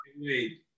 wait